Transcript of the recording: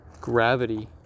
gravity